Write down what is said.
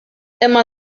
imma